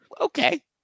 okay